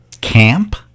camp